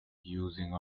using